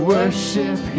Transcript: Worship